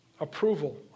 approval